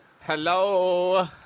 Hello